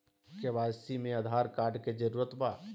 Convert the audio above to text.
KYC में Aadhaar card के जरूरत बा?